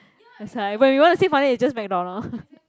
that's why when you want to save money it's just McDonald